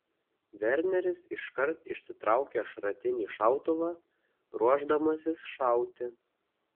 verneris iškart išsitraukia šratinį šautuvą ruošdamasis šauti